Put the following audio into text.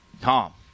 Tom